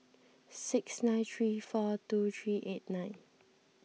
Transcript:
six nine three four two three eight nine